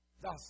Thus